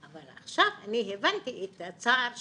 אבל עכשיו אני הבנתי את הצער שלו,